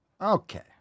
okay